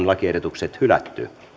lakiehdotukset hylätään